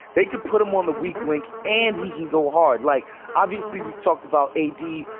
they could put him on the weak link and he can go hard. like obviously, we've talked about a d.